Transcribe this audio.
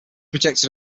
projected